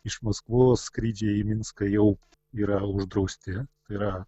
iš maskvos skrydžiai į minską jau yra uždrausti yra